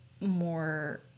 more